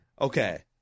Okay